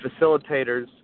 facilitators